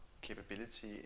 capability